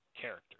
character